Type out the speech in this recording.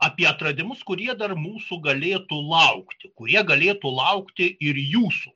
apie atradimus kurie dar mūsų galėtų laukti kurie galėtų laukti ir jūsų